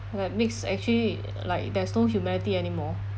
like makes actually like there's no humanity anymore